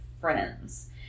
Friends